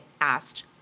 asked